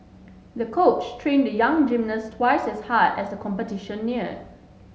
the coach trained the young gymnast twice as hard as the competition neared